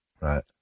Right